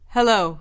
Hello